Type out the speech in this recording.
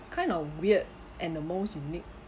kind of weird and the most unique